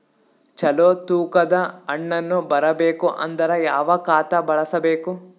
ಚಲೋ ತೂಕ ದ ಹಣ್ಣನ್ನು ಬರಬೇಕು ಅಂದರ ಯಾವ ಖಾತಾ ಬಳಸಬೇಕು?